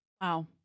Wow